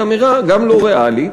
היא אמירה גם לא ריאלית